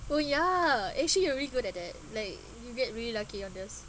oh ya actually you already good at that like you get really lucky on this